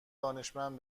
دانشمند